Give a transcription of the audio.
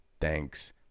thanks